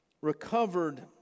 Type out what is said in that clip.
recovered